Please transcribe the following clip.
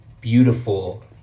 beautiful